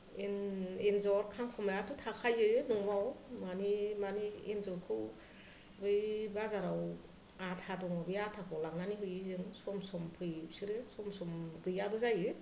N एन्जर खांखमायाथ' थाखायो न'आव माने माने एन्जरखौ बै बाजाराव आथा दङ बे आथाखौ लाबनानै होयो जों सम सम फैयो बिसोरो सम सम गैयाबो जायो